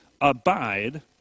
abide